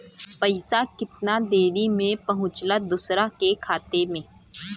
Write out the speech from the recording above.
पैसा कितना देरी मे पहुंचयला दोसरा के खाता मे?